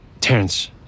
terrence